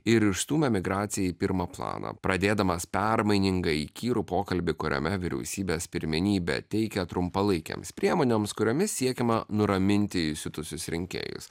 ir išstūmė migraciją į pirmą planą pradėdamas permainingą įkyrų pokalbį kuriame vyriausybės pirmenybę teikia trumpalaikėms priemonėms kuriomis siekiama nuraminti įsiutusius rinkėjus